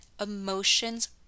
emotions